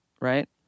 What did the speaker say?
right